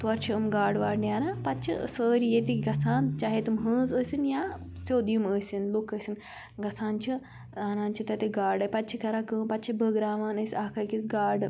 تورٕ چھِ یِم گاڈٕ واڈٕ نیران پَتہٕ چھِ سٲری ییٚتِکۍ گژھان چاہے تِم ہٲنز ٲسِن یا سیٚود یِم ٲسِنۍ لوکھ ٲسِن گَژھان چھِ اَنان چھِ تَتِہ گاڈٕ پَتہٕ چھِ کَران کٲم پَتہٕ چھِ بٲگراوان أسۍ اَکھ أکِس گاڈٕ